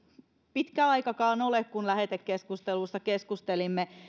pitkä aika ole kun lähetekeskustelussa keskustelimme